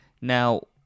Now